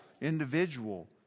individual